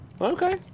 okay